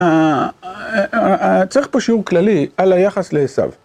צריך פה שיעור כללי על היחס לעשו.